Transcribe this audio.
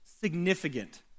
significant